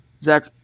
Zach